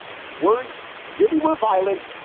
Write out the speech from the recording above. if words really were violence,